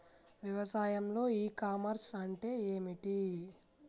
వ్యవసాయంలో ecommerce అంటే ఏమిటి?